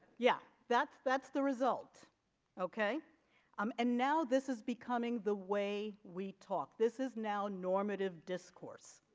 yeah that's that's the result ok um and now this is becoming the way we talk this is now normative discourse